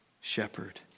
shepherd